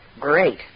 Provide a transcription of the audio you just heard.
Great